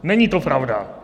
Není to pravda.